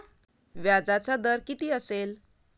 व्याजाचा दर किती असेल?